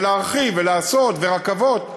ולהרחיב ולעשות ורכבות והכול.